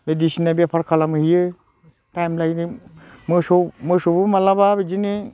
बायदिसिना बेफार खालाम हैयो टाइम लायै मोसौ मोसौबो माब्लाबा बिदिनो